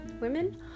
women